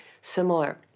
similar